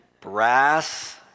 Brass